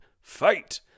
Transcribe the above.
Fight